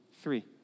three